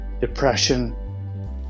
depression